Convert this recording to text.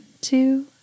two